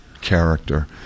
character